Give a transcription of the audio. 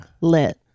lit